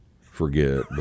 forget